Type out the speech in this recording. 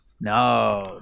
no